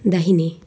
दाहिने